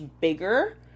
bigger